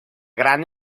gran